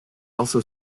also